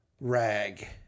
rag